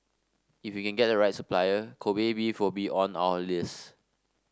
if we can get the right supplier Kobe beef will be on our list